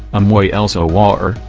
um omoyele sowore,